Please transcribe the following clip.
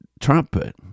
trumpet